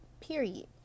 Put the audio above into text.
period